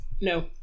No